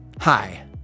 Hi